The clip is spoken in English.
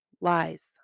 lies